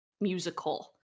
musical